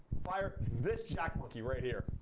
fire this jack monkey right here.